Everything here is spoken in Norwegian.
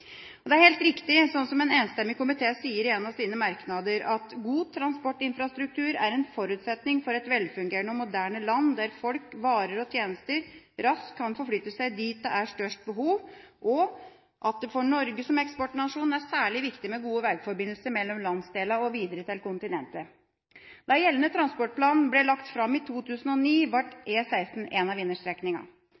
sine merknader, er helt riktig: «God transportinfrastruktur er en forutsetning for et velfungerende og moderne land der folk, varer og tjenester raskt kan forflytte seg dit det er størst behov.» Og: «at det for Norge som eksportnasjon er særlig viktig med gode veiforbindelser mellom landsdelene og videre til kontinentet.» Da gjeldende transportplan ble lagt fram i 2009,